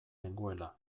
nengoela